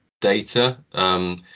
data